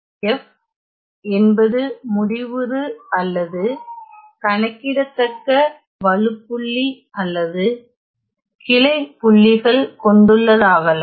f என்பது முடிவுறு அல்லது கணக்கிடத்தக்க வழுப்புள்ளி அல்லது கிளை புள்ளிகள் கொண்டுள்ளதாகலாம்